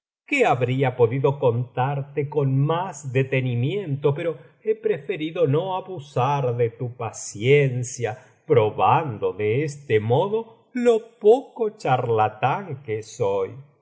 que habría podido contarte con más detenimiento pero he preferido no abusar de tu paciencia probando de este modo lo poco charlatán que soy